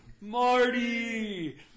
Marty